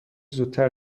زودتر